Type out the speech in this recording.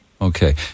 Okay